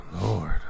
Lord